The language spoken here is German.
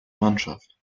mannschaft